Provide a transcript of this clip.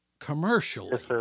commercially